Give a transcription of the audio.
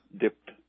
dipped